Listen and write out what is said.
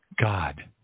God